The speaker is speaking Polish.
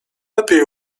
lepiej